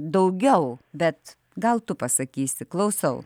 daugiau bet gal tu pasakysi klausau